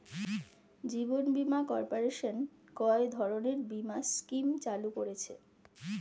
জীবন বীমা কর্পোরেশন কয় ধরনের বীমা স্কিম চালু করেছে?